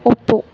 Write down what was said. ಒಪ್ಪು